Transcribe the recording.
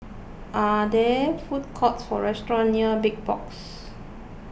are there food courts or restaurants near Big Box